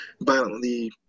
violently